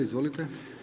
Izvolite.